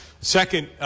second